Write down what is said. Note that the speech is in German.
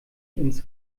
ins